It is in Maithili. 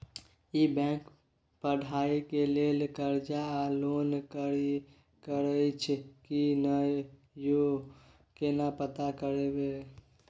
ई बैंक पढ़ाई के लेल कर्ज आ लोन करैछई की नय, यो केना पता करबै?